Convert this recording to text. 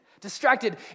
Distracted